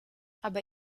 aber